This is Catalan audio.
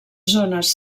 zones